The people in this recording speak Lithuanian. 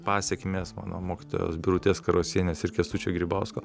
pasekmės mano mokytojos birutės karosienės ir kęstučio grybausko